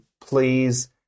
please